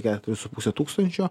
keturis su puse tūkstančio